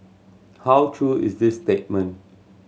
how true is this statement